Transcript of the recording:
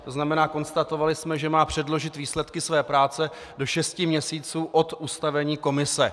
To znamená, konstatovali jsme, že má předložit výsledky své práce do šesti měsíců od ustavení komise.